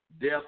Death